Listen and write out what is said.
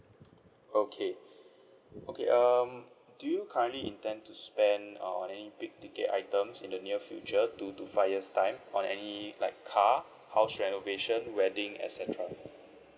okay okay um do you currently intend to spend on any big ticket items in the near future two to five years time on any like car house renovation wedding et cetera